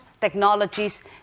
technologies